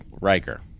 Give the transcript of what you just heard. Riker